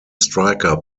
striker